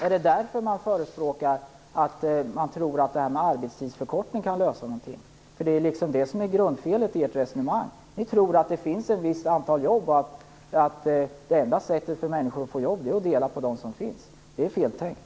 Är det därför man förespråkar arbetstidsförkortning och tror att det kan lösa några problem? Det är det som är grundfelet i ert resonemang. Ni tror att det finns ett visst antal jobb, och att det enda sättet för människor att få jobb är att dela på dem som finns. Det är feltänkt.